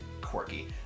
quirky